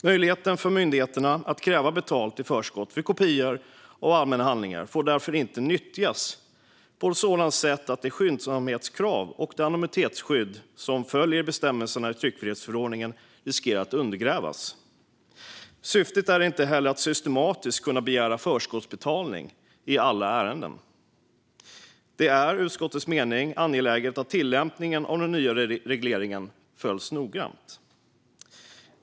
Möjligheten för myndigheterna att kräva betalt i förskott för kopior av allmänna handlingar får därför inte nyttjas på ett sådant sätt att det skyndsamhetskrav och det anonymitetsskydd som följer av bestämmelserna i tryckfrihetsförordningen riskerar att undergrävas. Syftet är inte heller att systematiskt kunna begära förskottsbetalning i alla ärenden. Det är enligt utskottets mening angeläget att tillämpningen av den nya regleringen följs noga.